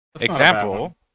example